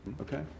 Okay